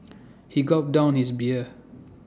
he gulped down his beer